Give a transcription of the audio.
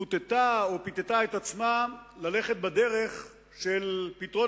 פותתה או פיתתה את עצמה ללכת בדרך של פתרון